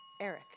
Eric